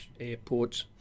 airports